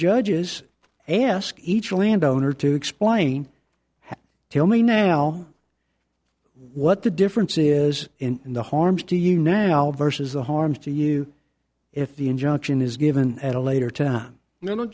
judges ask each landowner to explain tell me now what the difference is in the harms to you now versus the harm to you if the injunction is given at a later time no